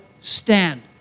stand